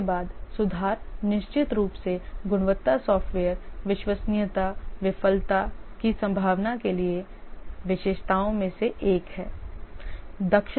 उपयोग के बाद सुधार निश्चित रूप से गुणवत्ता सॉफ्टवेयर विश्वसनीयता विफलता की संभावना के लिए विशेषताओं में से एक है